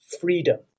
freedom